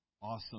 awesome